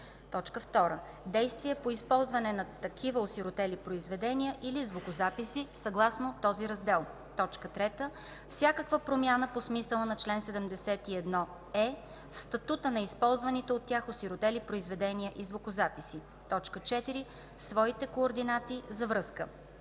2. действията по използване на такива осиротели произведения или звукозаписи съгласно този раздел; 3. всякаква промяна по смисъла на чл. 71е в статута на използваните от тях осиротели произведения и звукозаписи; 4. своите координати за връзка.